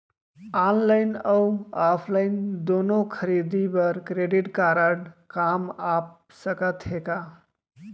Online अऊ offline दूनो खरीदी बर क्रेडिट कारड काम आप सकत हे का?